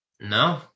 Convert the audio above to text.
No